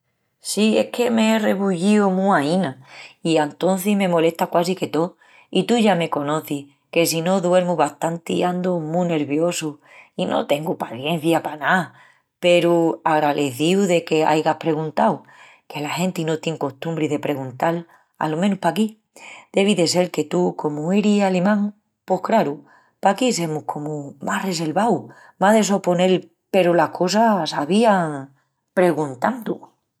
Sí, es que m'ei rebullíu mu aína i antocis me molesta quasi que tó. I tú ya me conocis, que si no duermu bastanti, andu mu niervosu i no tengu pacencia pa ná. Peru agralecíu de qu'aigas perguntau, que la genti no tien costumbri de perguntal, alo menus paquí. Devi de sel que tú, comu eris alemán, pos craru, paquí semus comu más reselvaus, más de soponel peru las cosas s'avían perguntandu.